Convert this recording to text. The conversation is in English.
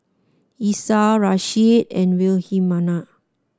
Esau Rasheed and Wilhelmina